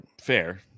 fair